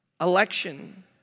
election